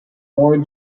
more